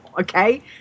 okay